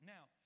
Now